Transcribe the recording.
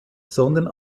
sondern